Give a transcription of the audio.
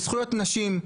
זה זכויות נשים,